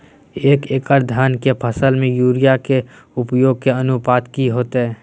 एक एकड़ धान के फसल में यूरिया के उपयोग के अनुपात की होतय?